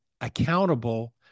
accountable –